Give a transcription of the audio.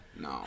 no